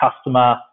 customer